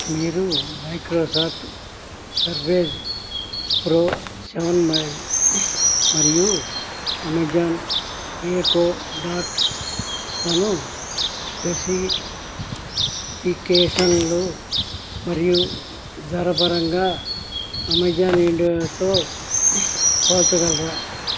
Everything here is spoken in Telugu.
మీరు మైక్రోసాఫ్ట్ సర్ఫేస్ ప్రో సెవెన్ మర్ మరియు అమెజాన్ ఎకో డాట్లను స్పెసిఫికేషన్లు మరియు ధర పరంగా అమెజాన్ ఇండియాతో పోల్చగలరా